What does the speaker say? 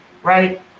right